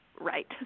right